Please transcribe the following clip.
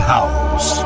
House